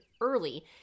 early